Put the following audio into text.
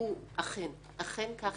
אכן כך.